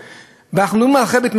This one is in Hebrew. אנחנו לא נותנים הגנה.